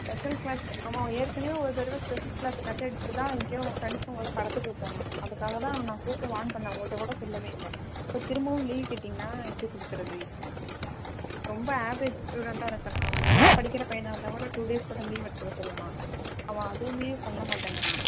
special class அவன் ஏற்கனவே ஒரு தடவை ஸ்பெஷல் க்ளாஸ் கட் அடிச்சுட்டு தான் எங்கேயோ ஃப்ரெண்ட்ஸுங்களோட படத்துக்கு போனால் அதற்காக தான் அவனை கூப்பிட்டு வர்ன் பண்ண உங்கள்கிட்ட கூட சொல்லவே இல்லை இப்போ திரும்பவும் லீவு கேட்டிங்கனா எப்படி கொடுக்கறது ரொம்ப ஆவ்ரேஜ் ஸ்டூடெண்ட்டா இருக்கிறான் அவன் நல்லா படிக்கிற பையனாக இருந்தால் கூட டூ டேஸ் கூட லீவ் எடுத்துக்க சொல்லலாம் அவன் எதுவுமே பண்ண மாட்டங்கறான்